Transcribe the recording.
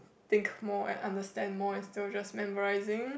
think more and understand more instead of just memorizing